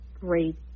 great